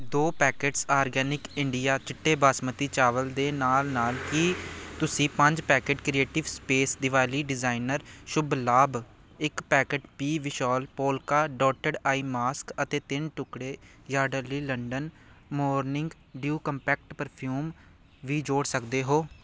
ਦੋ packets organic India ਚਿੱਟੇ ਬਾਸਮਤੀ ਚਾਵਲ ਦੇ ਨਾਲ ਨਾਲ ਕੀ ਤੁਸੀਂ ਪੰਜ packet creative space Diwali designer Shubh Labh ਇੱਕ packet B Vishal polka dotted eye mask ਅਤੇ ਤਿੰਨ ਟੁਕੜੇ Yardley London morning dew compact perfume ਵੀ ਜੋੜ ਸਕਦੇ ਹੋ